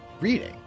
reading